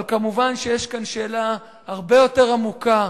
אבל כמובן שיש כאן שאלה הרבה יותר עמוקה,